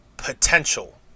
potential